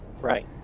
Right